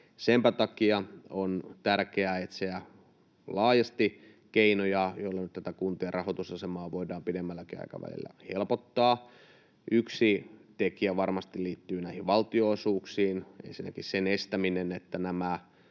Senpä takia on tärkeää etsiä laajasti keinoja, joilla nyt tätä kuntien rahoitusasemaa voidaan pidemmälläkin aikavälillä helpottaa. Yksi tekijä varmasti liittyy näihin valtionosuuksiin: ensinnäkin sen estäminen, että nämä